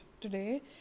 today